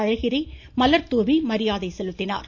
அழகிரி மலர்தூவி மரியாதை செலுத்தினார்